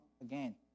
again